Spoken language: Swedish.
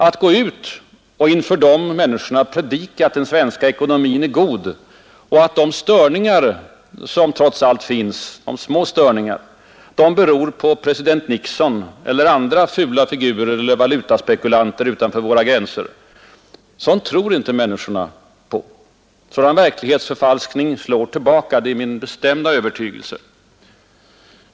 Att man går ut och inför dem predikar att den svenska ekonomin är god, att de små störningar som trots allt finns beror på president Nixon eller andra fula figurer och valutaspekulanter utanför våra gränser, sådant tror inte människorna på. Sådan verklighetsförfalskning slår tillbaka, det är min bestämda övertygelse.